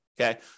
Okay